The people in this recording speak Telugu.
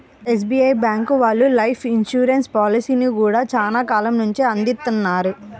ఎస్బీఐ బ్యేంకు వాళ్ళు లైఫ్ ఇన్సూరెన్స్ పాలసీలను గూడా చానా కాలం నుంచే అందిత్తన్నారు